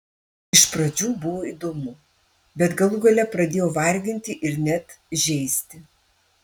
iš pradžių buvo įdomu bet galų gale pradėjo varginti ir net žeisti